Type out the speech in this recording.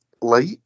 Light